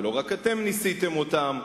ולא רק אתם ניסיתם אותן,